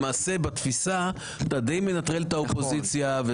למעשה בתפיסה אתה די מנטרל את האופוזיציה.